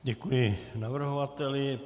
Děkuji navrhovateli.